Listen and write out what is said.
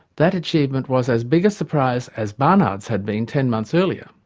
that achievement was as big a surprise as barnard's had been ten months earlier.